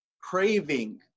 craving